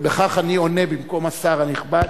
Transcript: ובכך אני עונה במקום השר הנכבד.